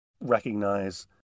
recognize